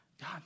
God